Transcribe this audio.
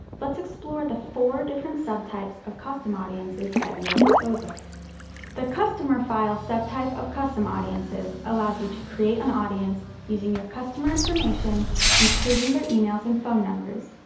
let's explore the four different subtypes of custom audiences at your disposal the customer file subtype of custom audiences allows you to create an audience using your customer information including their emails and phone numbers.